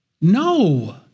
No